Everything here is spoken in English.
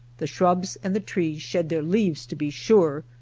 the shrubs and the trees shed their leaves, to be sure,